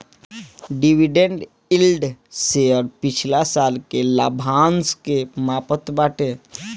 dividend yield share पिछला साल के लाभांश के मापत बाटे